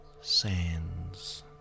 sands